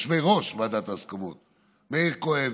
מאיר כהן